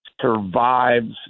survives